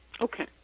Okay